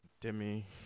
Demi